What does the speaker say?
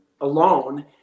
alone